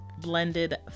blended